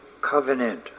covenant